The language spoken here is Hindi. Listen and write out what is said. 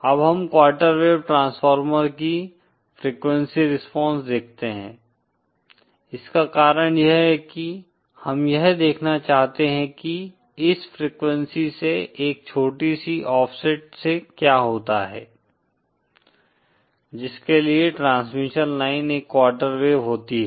अब हम क्वार्टर वेव ट्रांसफार्मर की फ्रिक्वेंसी रिस्पांस देखते हैं इसका कारण यह है कि हम यह देखना चाहते हैं कि इस फ्रिक्वेंसी से एक छोटी सी ऑफसेट से क्या होता है जिसके लिए ट्रांसमिशन लाइन एक क्वार्टर वेव होती है